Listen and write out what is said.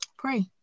Pray